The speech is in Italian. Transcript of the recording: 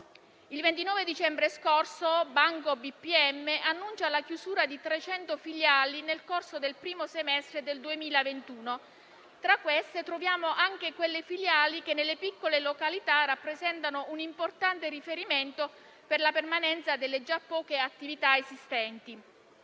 Il 29 dicembre scorso BPM ha annunciato la chiusura di 300 filiali nel corso del primo semestre del 2021. Tra queste troviamo anche quelle filiali che nelle piccole località rappresentano un importante riferimento per la permanenza delle già poche attività esistenti.